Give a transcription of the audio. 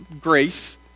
grace